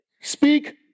speak